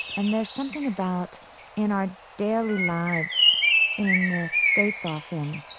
and there's something about in our daily lives in the states often,